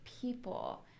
people